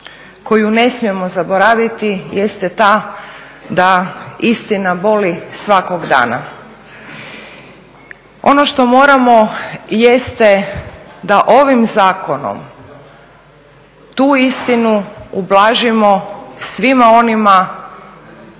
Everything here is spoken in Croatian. koju ne smijemo zaboraviti jeste ta da istina boli svakog dana. Ono što moramo jeste da ovim zakonom tu istinu ublažimo svima onima